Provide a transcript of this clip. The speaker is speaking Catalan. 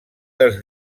dels